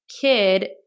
kid